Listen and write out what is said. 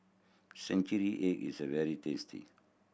century egg is very tasty